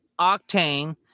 Octane